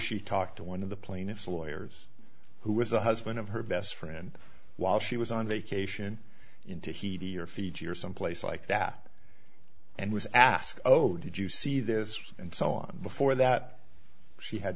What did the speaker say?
she talked to one of the plaintiff's lawyers who was the husband of her best friend while she was on vacation in tahiti or fiji or someplace like that and was asked oh did you see this and so on before that she had